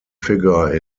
figure